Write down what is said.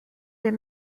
des